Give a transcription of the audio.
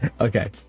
okay